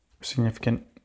significant